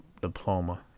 diploma